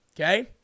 Okay